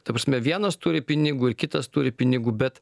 ta prasme vienas turi pinigų ir kitas turi pinigų bet